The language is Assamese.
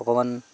অকণমান